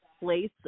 place